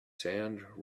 sand